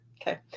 Okay